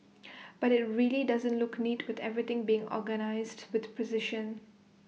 but IT really doesn't look neat with everything being organised with precision